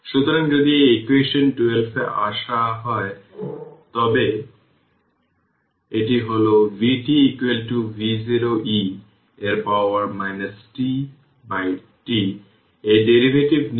সুতরাং যদি এই ইকুয়েশন 12 এ আস হয় তবে এটি হল vt v0 e এর পাওয়ার tτ এই ডেরিভেটিভ নিন